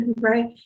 right